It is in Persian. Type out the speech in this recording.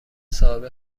صاحب